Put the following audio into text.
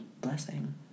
blessing